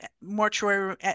mortuary